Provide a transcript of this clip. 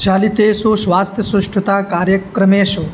चालितेषु स्वास्थ्यसुष्ठुता कार्यक्रमेषु